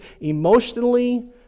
emotionally